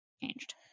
changed